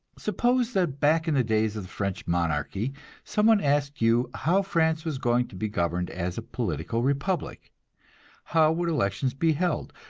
suppose that back in the days of the french monarchy some one asked you how france was going to be governed as a political republic how would elections be held,